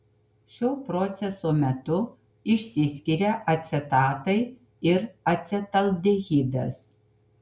šio proceso metu išsiskiria acetatai ir acetaldehidas